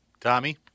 Tommy